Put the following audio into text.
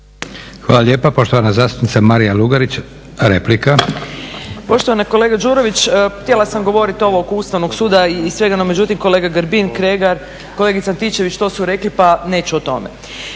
Hvala lijepa. Poštovana zastupnica Marija Lugarić, replika. **Lugarić, Marija (SDP)** Poštovani kolega Đurović, htjela sam govoriti ovo oko Ustavnog suda i svega, no međutim kolega Grbin, Kregar, kolegica Antičević to su rekli pa neću o tome.